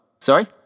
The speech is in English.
Sorry